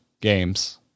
games